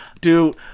Dude